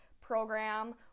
program